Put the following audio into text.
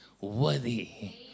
worthy